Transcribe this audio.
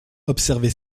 observer